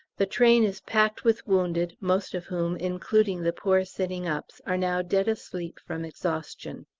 the train is packed with wounded, most of whom, including the poor sitting-ups, are now dead asleep from exhaustion.